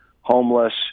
homeless